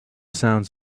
sounds